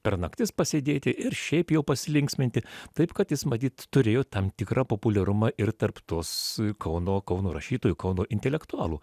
per naktis pasėdėti ir šiaip jau pasilinksminti taip kad jis matyt turėjo tam tikrą populiarumą ir tarp tos kauno kauno rašytojų kauno intelektualų